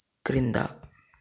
క్రింద